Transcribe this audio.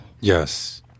Yes